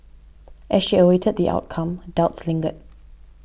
as she awaited the outcome doubts lingered